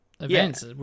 events